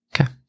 Okay